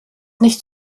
nicht